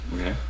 Okay